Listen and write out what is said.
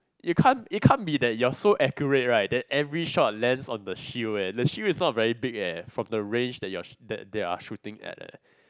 you can't you can't be that you are so accurate right that every shot lands on the shield eh the shield is not very big eh from the range that they are shooting at eh